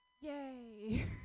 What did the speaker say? yay